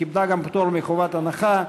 קיבלה גם פטור מחובת הנחה.